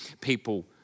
people